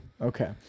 Okay